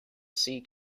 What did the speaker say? sea